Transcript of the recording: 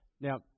Now